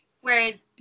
Whereas